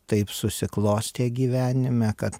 taip susiklostė gyvenime kad